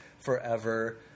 forever